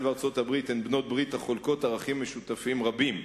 וארצות-הברית הן בעלות ברית החולקות ערכים משותפים רבים.